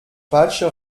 falsche